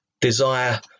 desire